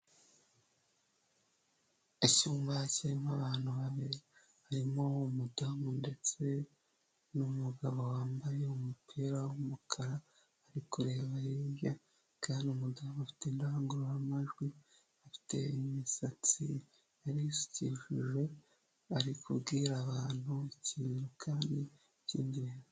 Icyumba kirimo abantu bane harimo umudamu ndetse n'umugabo wambaye umupira w'umukara ari kureba hirya, kandi umudamu afite indangururamajwi, afite imisatsi yarisukishije ari kubwira abantu ikintu kandi k'ingenzi.